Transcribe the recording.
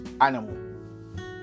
animal